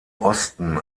osten